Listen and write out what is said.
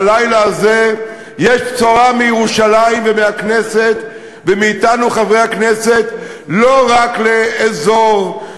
בלילה הזה יש בשורה מירושלים ומהכנסת ומאתנו חברי הכנסת לא רק לאזור,